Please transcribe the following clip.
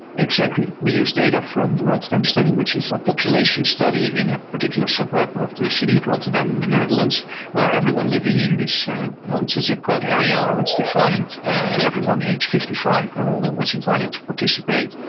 exactly. we used data from the rotterdam study, which is a population study in a particular suburb of the city of rotterdam in the netherlands where everyone living in this, ah well, it's a zip code area which is defined, and everyone aged fifty five or older was invited to participate,